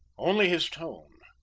only his tone.